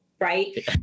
Right